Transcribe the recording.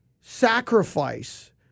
sacrifice